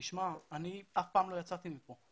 אני אף פעם לא יצאתי מפה,